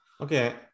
Okay